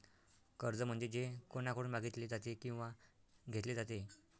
कर्ज म्हणजे जे कोणाकडून मागितले जाते किंवा घेतले जाते